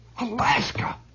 Alaska